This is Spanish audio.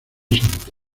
santa